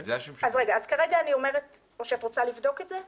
את רוצה לבדוק את זה?